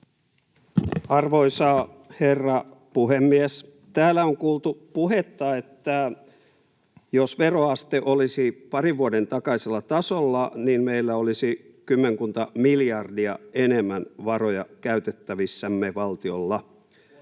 Arvoisa herra puhemies! Täällä on kuultu puhetta, että jos veroaste olisi parin vuoden takaisella tasolla, niin meillä olisi kymmenkunta miljardia enemmän varoja käytettävissämme valtiolla.